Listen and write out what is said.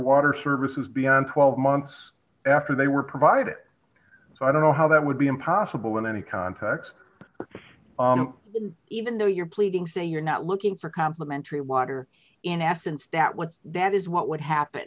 water services beyond twelve months after they were provided so i don't know how that would be impossible in any context even though your pleadings say you're not looking for complementary water in essence that what that is what would happen